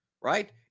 right